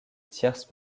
tierce